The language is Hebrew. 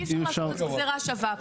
אי אפשר לעשות פה גזירה שווה.